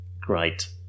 great